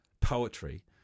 Poetry